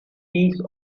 piece